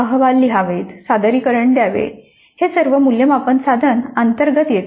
अहवाल लिहावेत सादरीकरणे द्यावीत हे सर्व मूल्यमापन साधन अंतर्गत येते